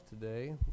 today